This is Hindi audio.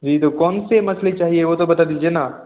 जी तो कौन से मछली चाहिए वह तो बात दीजिए न